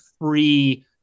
free